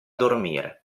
dormire